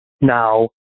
now